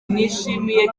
nishimiye